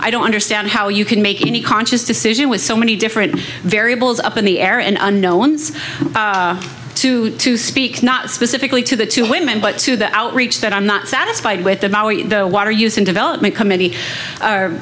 i don't understand how you can make any conscious decision with so many different variables up in the air and no one's to speak not specifically to the two women but to the outreach that i'm not satisfied with the water use and development committee